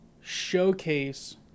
showcase